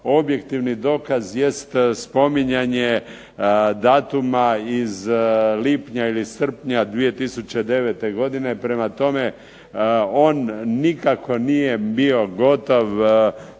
Objektivni dokaz jest spominjanje datuma iz lipnja ili srpnja 2009. godine. Prema tome, on nikako nije bio gotov